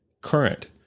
current